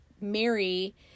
Mary